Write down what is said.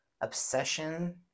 obsession